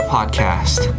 Podcast